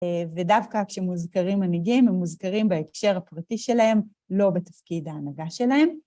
ודווקא כשמוזכרים מנהיגים, הם מוזכרים בהקשר הפרטי שלהם, לא בתפקיד ההנהגה שלהם.